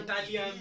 Italian